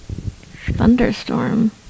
Thunderstorm